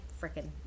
freaking